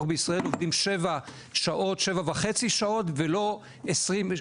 בישראל עובדים שבע שעות או שבע וחצי שעות ולא 18 שעות.